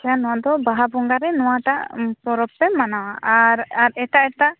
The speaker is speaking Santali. ᱥᱮ ᱱᱚᱣᱟ ᱫᱚ ᱵᱟᱦᱟ ᱵᱚᱸᱜᱟ ᱨᱮ ᱱᱚᱣᱟᱴᱟᱜ ᱯᱚᱨᱚᱵᱽ ᱯᱮ ᱢᱟᱱᱟᱣᱟ ᱟᱨ ᱮᱨ ᱮᱴᱟᱜ ᱮᱴᱟᱜ